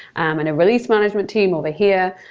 and a release management team over here.